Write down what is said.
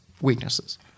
weaknesses